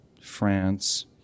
France